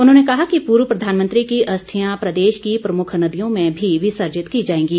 उन्होंने कहा कि पूर्व प्रधानमंत्री की अस्थियां प्रदेश की प्रमुख नदियों में भी विसर्जित की जाएंगी